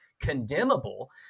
condemnable